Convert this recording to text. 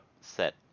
set